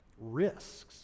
risks